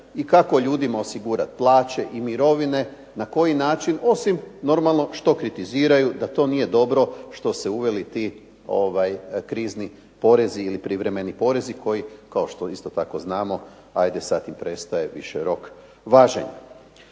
i kako ljudima osigurati plaće i mirovine, na koji način, osim normalno što kritiziraju da to nije dobro što su se uveli ti krizni porezi ili privremeni porezi koji, kao što isto tako znamo ajde sad i prestaje više rok važenja.